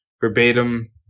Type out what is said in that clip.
verbatim